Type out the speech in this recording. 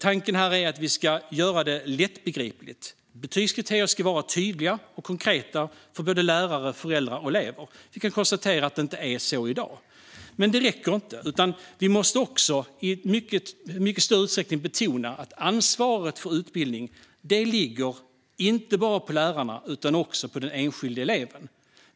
Tanken är att göra det lättbegripligt. Betygskriterier ska vara tydliga och konkreta för såväl lärare som föräldrar och elever. Vi kan konstatera att det inte är så i dag. Men det räcker inte, utan vi måste också i mycket större utsträckning betona att ansvaret för utbildningen inte bara ligger på lärarna utan även på den enskilde eleven.